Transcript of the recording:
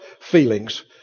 feelings